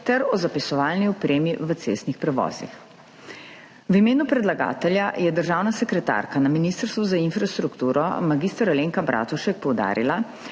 ter o zapisovalni opremi v cestnih prevozih. V imenu predlagatelja je državna sekretarka na Ministrstvu za infrastrukturo mag. Alenka Bratušek poudarila,